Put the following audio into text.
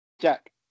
Jack